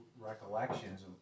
recollections